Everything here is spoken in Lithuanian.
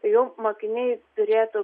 tai jau mokiniai turėtų